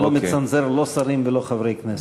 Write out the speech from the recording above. אני לא מצנזר לא שרים ולא חברי כנסת.